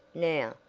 now,